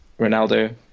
Ronaldo